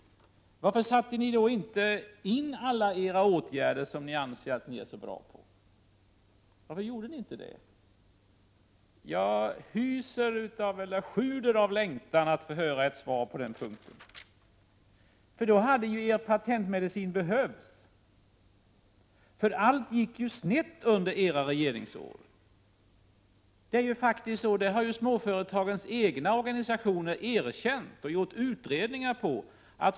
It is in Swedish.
Varför satte ni under den perioden inte in alla era åtgärder, som ni anser att ni är så bra på? Jag sjuder av längtan att få höra ett svar på den frågan. Under den tiden hade er patentmedicin behövts. Allt gick ju snett under era regeringsår. Det har småföretagens egna organisationer erkänt och gjort utredningar om.